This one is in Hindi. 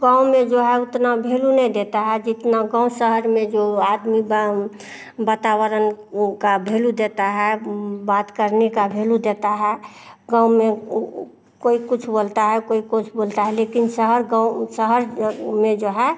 गाँव में जो है उतना भेलू नहीं देता है जितना गाँव शहर में जो आदमी गाँव वतावरण का भेलू देता है बात करने का भेलू देता है गाँव में कोई कुछ बोलता है कोई कुछ बोलता है लेकिन शहर गाँव शहर में जो है